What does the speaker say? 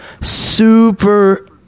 super